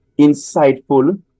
insightful